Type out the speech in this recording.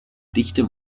dichte